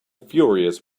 furious